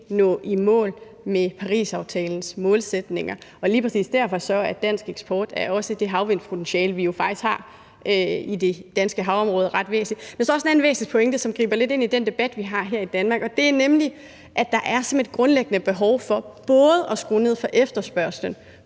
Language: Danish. nå i mål med Parisaftalens målsætninger. Lige præcis derfor er dansk eksport, også af det havvindspotentiale, vi faktisk har i det danske havområde, ret væsentlig. Jeg synes også, der er en anden væsentlig pointe, som griber lidt ind i den debat, vi har her i Danmark, og det er nemlig, at der er et grundlæggende behov for både at skrue ned for efterspørgslen